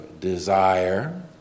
desire